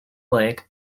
lake